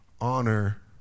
Honor